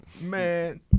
Man